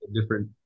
different